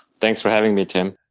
thanks for having me, tim.